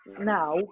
now